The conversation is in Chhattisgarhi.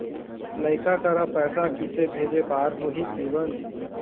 लइका करा पैसा किसे भेजे बार होही जीवन